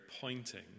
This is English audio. pointing